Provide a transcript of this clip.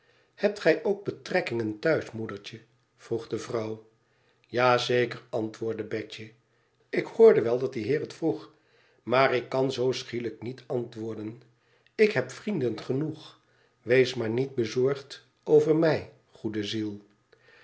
hebt gij ook betrekkingen thuis moedertje vroeg de vrouw ja zeker antwoordde betje ik hoorde wel dat die heer het vroeg maar ik kan zoo schielijk niet antwoorden ik heb vrienden genoeg wees maar niet bezorgd over mij goede ziel